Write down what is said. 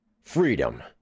freedom